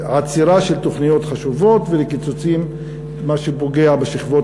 לעצירה של תוכניות חשובות ולקיצוצים שפוגעים בשכבות